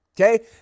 Okay